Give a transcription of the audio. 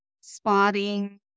spotting